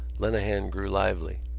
lenehan grew lively.